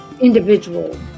individual